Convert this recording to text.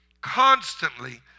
constantly